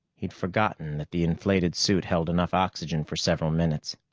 he'd forgotten that the inflated suit held enough oxygen for several minutes.